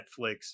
netflix